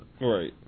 right